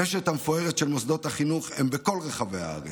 הרשת המפוארת של מוסדות החינוך בכל רחבי הארץ.